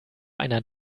einer